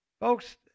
Folks